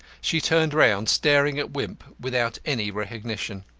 she turned round, staring at wimp without any recognition.